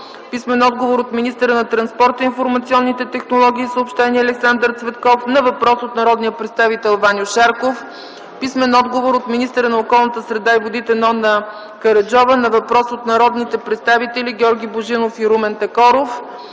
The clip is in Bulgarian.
Иванов; – министъра на транспорта, информационните технологии и съобщенията Александър Цветков на въпрос от народния представител Ваньо Шарков; – министъра на околната среда и водите Нона Караджова на въпрос от народните представители Георги Божинов и Румен Такоров;